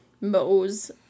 Moe's